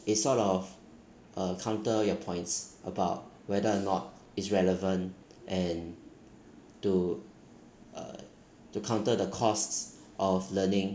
it sort of uh counter your points about whether or not is relevant and to uh to counter the costs of learning